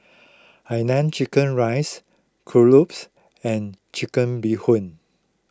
Hainanese Chicken Rice Kuih Lopes and Chicken Bee Hoon